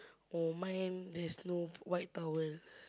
oh mine there's no white towel